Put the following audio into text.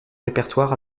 répertoire